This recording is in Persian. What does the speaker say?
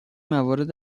موارد